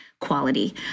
quality